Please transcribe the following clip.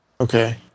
Okay